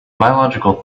biological